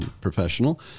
professional